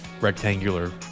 rectangular